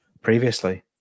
previously